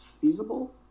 feasible